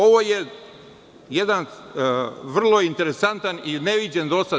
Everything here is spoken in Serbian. Ovo je jedan vrlo interesantan i neviđen do sada.